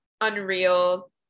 unreal